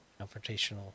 Confrontational